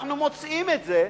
אנחנו מוצאים את זה,